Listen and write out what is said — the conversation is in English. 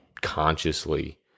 consciously